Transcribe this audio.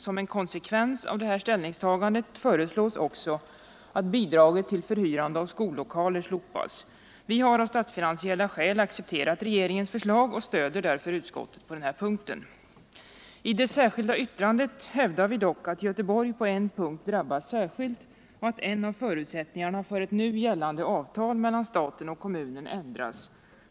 Som en konsekvens av detta ställningstagande föreslås också att bidraget till förhyrande av skollokaler slopas. Vi har av statsfinansiella skäl accepterat regeringens förslag och stöder därför utskottet på denna punkt. I det särskilda yttrandet hävdar vi dock att Göteborg på en punkt drabbas särskilt hårt och att en av förutsättningarna för nu gällande avtal mellan staten och kommunen ändras.